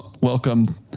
Welcome